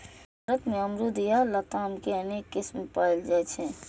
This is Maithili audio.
भारत मे अमरूद या लताम के अनेक किस्म पाएल जाइ छै